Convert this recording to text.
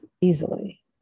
easily